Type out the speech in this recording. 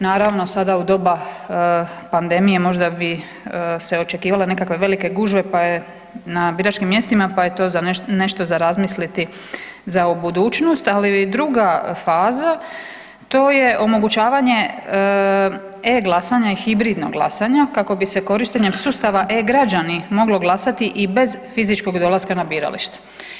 Naravno, sada u doba pandemije možda bi se očekivale nekakve velike gužve pa je na biračkim mjestima, pa je to za nešto za razmisliti za u budućnost, ali druga faza, to je omogućavanje e-Glasanja i hibridnog glasanja, kako bi se korištenjem sustava e-Građani moglo glasati i bez fizičkog dolaska na birališta.